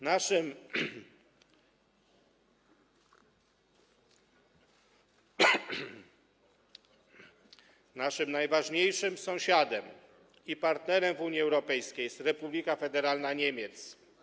Naszym najważniejszym sąsiadem i partnerem w Unii Europejskiej jest Republika Federalna Niemiec.